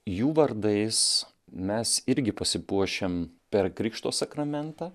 jų vardais mes irgi pasipuošiam per krikšto sakramentą